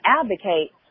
advocate